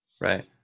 Right